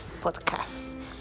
podcast